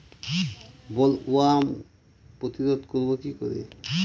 Bollworm প্রতিরোধ করব কি করে?